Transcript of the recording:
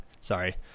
Sorry